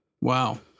Wow